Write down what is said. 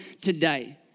today